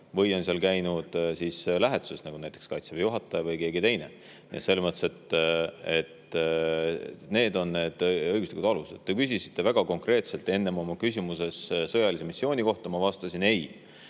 või on seal käinud lähetuses, näiteks Kaitseväe juhataja või keegi teine. Need on need õiguslikud alused. Te küsisite väga konkreetselt enne oma küsimuses sõjalise missiooni kohta. Ma vastasin "ei".